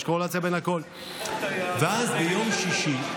ביום שישי,